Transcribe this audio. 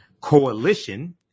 Coalition